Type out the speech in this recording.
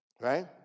right